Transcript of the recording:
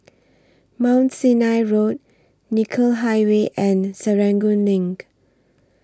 Mount Sinai Road Nicoll Highway and Serangoon LINK